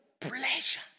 pleasure